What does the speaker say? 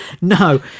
no